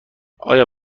آیا